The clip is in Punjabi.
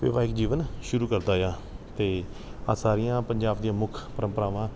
ਵਿਵਾਹਿਕ ਜੀਵਨ ਸ਼ੁਰੂ ਕਰਦਾ ਆ ਅਤੇ ਆਹ ਸਾਰੀਆਂ ਪੰਜਾਬ ਦੀਆਂ ਮੁੱਖ ਪ੍ਰੰਪਰਾਵਾਂ